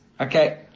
Okay